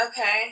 Okay